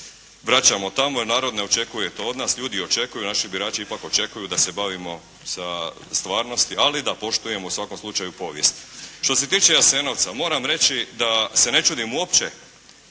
vraćamo tamo jer narod ne očekuje to od nas. Ljudi očekuju, naši birači ipak očekuju da se bavimo sa stvarnosti, ali da poštujemo u svakom slučaju povijest. Što se tiče Jasenovca moram reći da se ne čudim uopće